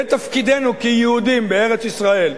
זה תפקידנו כיהודים בארץ-ישראל,